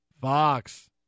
Fox